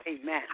Amen